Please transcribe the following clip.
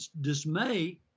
dismay